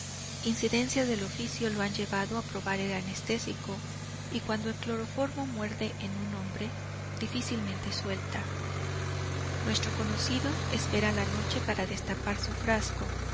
incidencias del oficio lo han llevado a probar el anestésico y cuando el cloroformo muerde en un hombre difícilmente suelta nuestro conocido espera la noche para destapar su frasco